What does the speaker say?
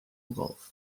golf